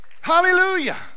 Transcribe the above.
Hallelujah